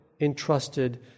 entrusted